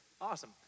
Awesome